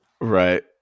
right